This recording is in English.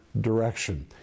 direction